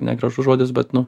negražus žodis bet nu